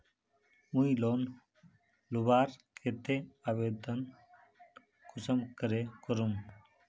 मुई लोन लुबार केते आवेदन कुंसम करे करूम?